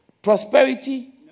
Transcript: Prosperity